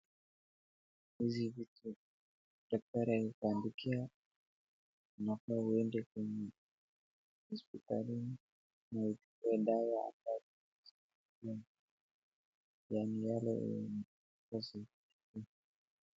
Hizi vitu daktari akikuandikia unafaa uende kwenye hospitalini na uchukue dawa ambayo amekuandikia.